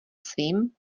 svým